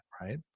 Right